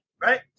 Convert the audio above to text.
right